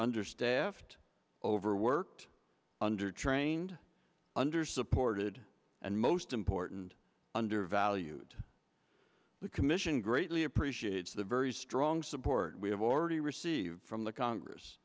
understaffed overworked undertrained under supported and most important under valued the commission greatly appreciate the very strong support we have already received from the congress